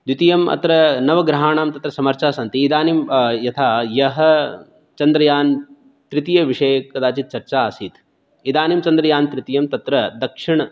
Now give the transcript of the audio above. द्वितीयम् अत्र नवग्रहाणां तत्र समर्चा सन्ति इदानीं यथा यः चन्द्रयानतृतीयविषये कदाचित् चर्चा आसीत् इदानीं चन्द्रयानतृतीयं तत्र दक्षिण